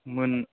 मोन